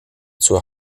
zur